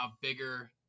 bigger